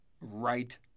Right